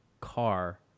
car